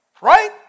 right